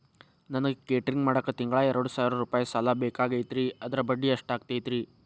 ನನಗ ಕೇಟರಿಂಗ್ ಮಾಡಾಕ್ ತಿಂಗಳಾ ಎರಡು ಸಾವಿರ ರೂಪಾಯಿ ಸಾಲ ಬೇಕಾಗೈತರಿ ಅದರ ಬಡ್ಡಿ ಎಷ್ಟ ಆಗತೈತ್ರಿ?